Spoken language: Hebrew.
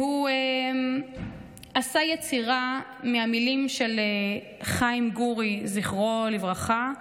שעשה יצירה מהמילים של חיים גורי, זכרו לברכה.